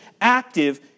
active